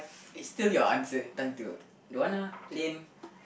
it's still your answer time to don't want lah lame